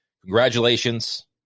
Congratulations